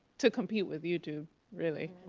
to compete with youtube, really.